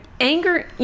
anger